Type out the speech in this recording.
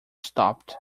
stopped